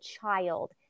child